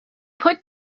put